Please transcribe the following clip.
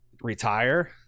retire